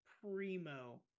primo